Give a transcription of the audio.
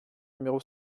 numéro